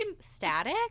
static